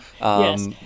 Yes